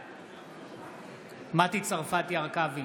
בעד מטי צרפתי הרכבי,